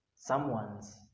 someone's